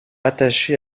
attaché